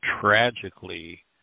tragically